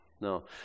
no